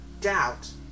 doubt